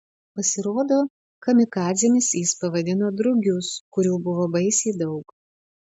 pasirodo kamikadzėmis jis pavadino drugius kurių buvo baisiai daug